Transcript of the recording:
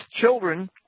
children